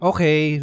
Okay